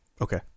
Okay